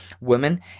Women